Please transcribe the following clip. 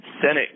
Senate